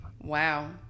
wow